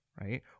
right